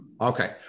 Okay